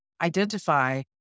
identify